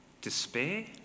despair